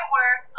work